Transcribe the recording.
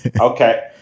Okay